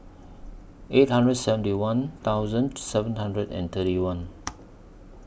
eight hundred seventy one thousand seven hundred and thirty one